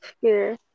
fear